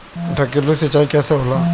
ढकेलु सिंचाई कैसे होला?